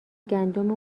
گندم